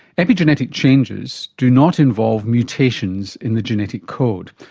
epigenetic changes do not involve mutations in the genetic code.